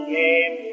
game